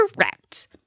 correct